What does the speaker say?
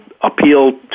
appeal